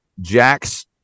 Jax